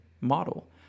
model